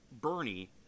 Bernie